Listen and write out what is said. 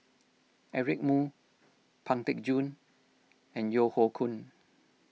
Eric Moo Pang Teck Joon and Yeo Hoe Koon